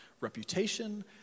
reputation